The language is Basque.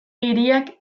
hiriak